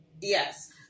yes